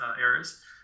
errors